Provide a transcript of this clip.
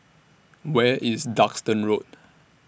Where IS Duxton Road